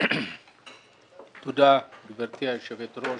תודה גברתי היושבת ראש.